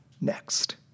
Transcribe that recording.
next